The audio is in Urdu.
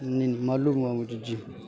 نہیں نہیں معلوم ہوا مجھے جی